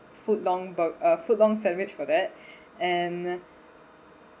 foot long about uh foot long sandwich for that and